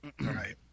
Right